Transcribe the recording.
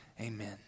Amen